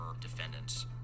defendants